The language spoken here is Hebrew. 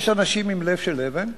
יש אנשים עם לב של אבן,